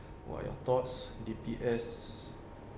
what your thoughts D_T_S